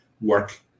work